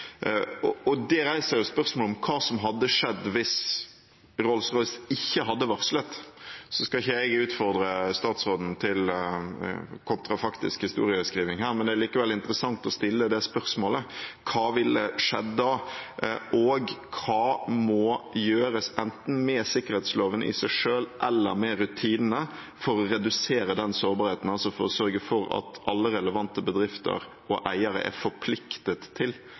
og det reiser spørsmål om hva som hadde skjedd hvis Rolls-Royce ikke hadde varslet. Jeg skal ikke utfordre statsråden til kontrafaktisk historieskrivning her, men det er likevel interessant å stille det spørsmålet: Hva ville skjedd da? Og hva må gjøres, enten med sikkerhetsloven i seg selv eller med rutinene for å redusere den sårbarheten, altså for å sørge for at alle relevante bedrifter og eiere er forpliktet til